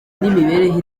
n’imibereho